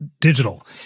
digital